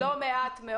אבל זה לא מעט מאוד,